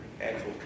Actual